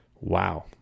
Wow